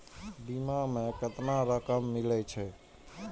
बीमा में केतना रकम मिले छै?